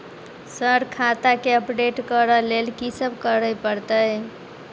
Sir खाता केँ update करऽ लेल की सब करै परतै?